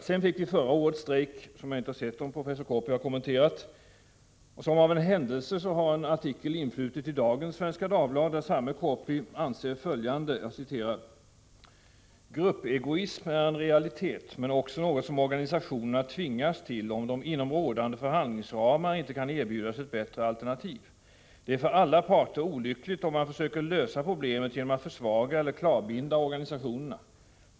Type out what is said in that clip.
Så fick vi strejken förra året — jag vet inte om professor Korpi har kommenterat den — och som av en händelse har en artikel influtit i dagens nummer av Svenska Dagbladet, där samme Korpi framför följande: ”Gruppegoism är en realitet, men också något som organisationerna tvingas till om de inom rådande förhandlingsramar inte kan erbjudas ett bättre alternativ. Det är för alla parter olyckligt om man försöker lösa problemet genom att försvaga eller klavbinda organisationerna.